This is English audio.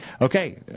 Okay